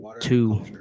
two